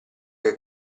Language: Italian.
che